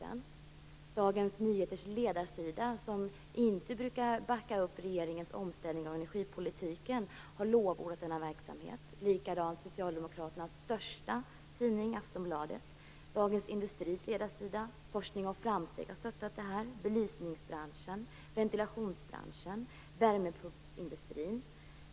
På Dagens Nyheters ledarsida, där man inte brukar backa upp regeringens omställning av energipolitiken, har denna verksamhet lovordats. Likadant är det med Socialdemokraternas största tidning Aftonbladet. Dagens Industris ledarsida och Forskning och Framsteg har stöttat det här. Det gäller också belysningsbranschen, ventilationsbranschen och värmepumpsindustrin.